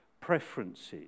preferences